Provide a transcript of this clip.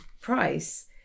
price